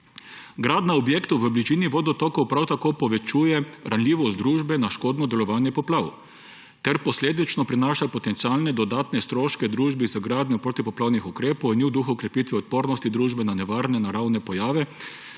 Gradnja objektov v bližini vodotokov prav tako povečuje ranljivost družbe na škodno delovanje poplav ter posledično prinaša potencialne dodatne stroške družbi za gradnjo protipoplavnih ukrepov in ni v duhu krepitve odpornosti družbe na nevarne naravne pojave.